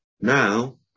Now